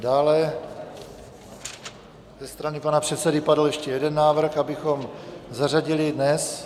Dále ze strany pana předsedy padl ještě jeden návrh, abychom zařadili dnes...